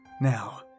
Now